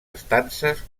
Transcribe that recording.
estances